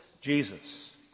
Jesus